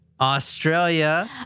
Australia